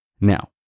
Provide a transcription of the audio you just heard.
Now